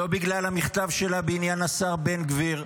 לא בגלל המכתב שלה בעניין השר בן גביר,